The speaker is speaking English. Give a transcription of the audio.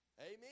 amen